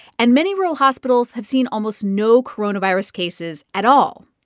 and many rural hospitals have seen almost no coronavirus cases at all.